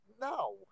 no